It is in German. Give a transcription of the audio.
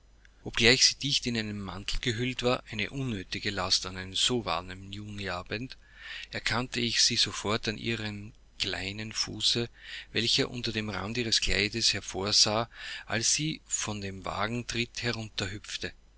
obgleich sie dicht in einen mantel gehüllt war eine unnötige last an einem so warmen juniabende erkannte ich sie sofort an ihrem kleinen fuße welcher unter dem rande ihres kleides hervorsah als sie von dem wagentritt